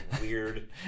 weird